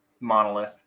Monolith